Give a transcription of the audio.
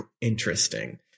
interesting